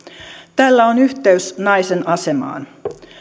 tällä on yhteys naisen asemaan